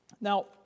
Now